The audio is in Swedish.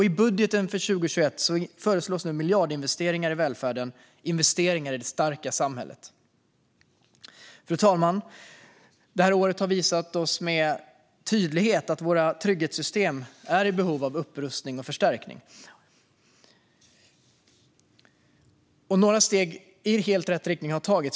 I budgeten för 2021 föreslås nu miljardinvesteringar i välfärden, investeringar i det starka samhället. Fru talman! Det här året har visat oss med tydlighet att våra trygghetssystem är i behov av upprustning och förstärkning. Några steg i helt rätt riktning har tagits.